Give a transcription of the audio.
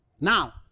Now